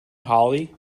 hollie